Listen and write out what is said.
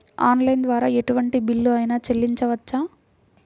Online ద్వారా ఎటువంటి bill అయినా చెల్లించవచ్చా?